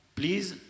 please